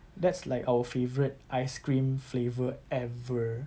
that's like our favourite ice cream flavour ever